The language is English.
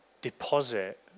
deposit